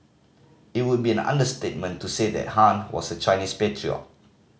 it would be an understatement to say that Han was a Chinese patriot